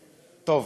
טוב,